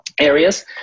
areas